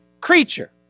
creature